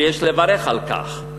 ויש לברך על כך,